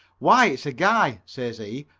why, it's a guy, says he,